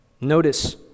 notice